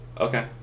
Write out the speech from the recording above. Okay